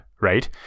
right